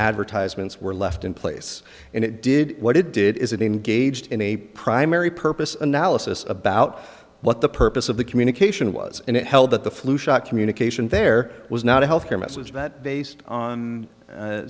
advertisements were left in place and it did what it did is it engaged in a primary purpose analysis about what the purpose of the communication was and it held that the flu shot communication there was not a health care message that based on